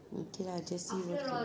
okay lah just what's